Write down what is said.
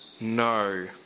no